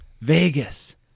Vegas